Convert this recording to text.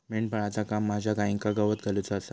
मेंढपाळाचा काम माझ्या गाईंका गवत घालुचा आसा